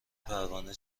پروانه